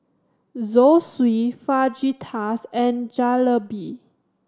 Zosui Fajitas and Jalebi